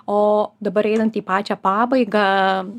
o dabar einant į pačią pabaigą